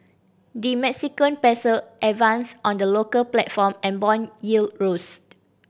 the Mexican Peso advanced on the local platform and bond yield rose